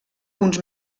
uns